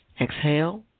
Exhale